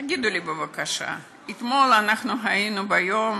תגידו לי, בבקשה, אתמול היינו ביום